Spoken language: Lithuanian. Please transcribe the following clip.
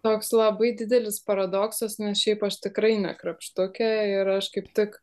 toks labai didelis paradoksas nes šiaip aš tikrai ne krapštukė ir aš kaip tik